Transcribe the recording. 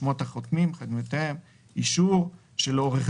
שמות החותמים: __________ חתימותיהם: _______________ אישור ביום